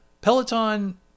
Peloton